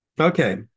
Okay